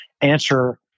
answer